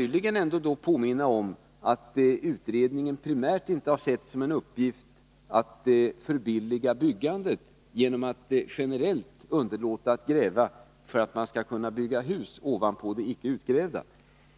Jag kan då påminna om att utredningen primärt inte har sett det som en uppgift att förbilliga byggandet genom att generellt underlåta att gräva för att man skall kunna bygga hus ovanpå det icke utgrävda.